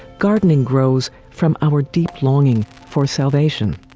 gardening grows from our deep longing for salvation,